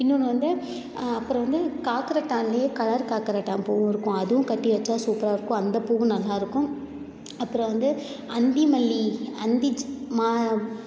இன்னொன்று வந்து அப்புறம் வந்து காக்கரட்டான்லேயே கலர் காக்கரட்டான் பூவும் இருக்கும் அதுவும் கட்டி வெச்சா சூப்பராக இருக்கும் அந்த பூவும் நல்லா இருக்கும் அப்புறம் வந்து அந்திமல்லி அந்தி செ மா